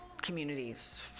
communities